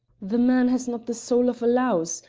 the man has not the soul of a louse,